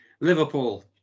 Liverpool